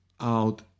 out